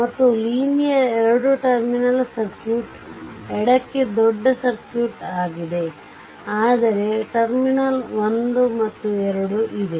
ಮತ್ತು linear 2 terminal circuit ಎಡಕ್ಕೆ ದೊಡ್ಡ ಸರ್ಕ್ಯೂಟ್ ಆಗಿದೆ ಆದರೆ ಟರ್ಮಿನಲ್ 1 ಮತ್ತು 2 ಇದೆ